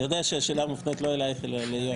אני יודע שהשאלה לא מופנית אלייך אלא ליו"ר